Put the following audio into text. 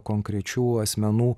konkrečių asmenų